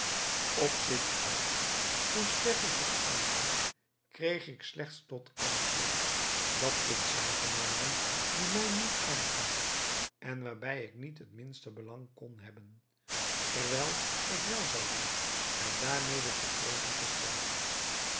op dit alles hoe sterk ik ook aandrong kreeg ik slechts tot antwoord dat dit zaken waren die mij niet aangingen en waarbij ik niet het minste belang kon hebben terwijl ik wel zou doen mij daarmede tevreden te stellen